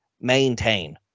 maintain